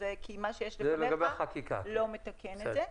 כי מה שיש לפניך לא מתקן את זה.